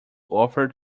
offer